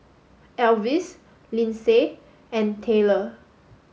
Elvis Lynsey and Tayler